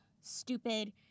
stupid